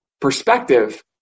perspective